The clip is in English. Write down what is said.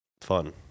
fun